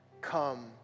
come